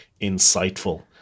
insightful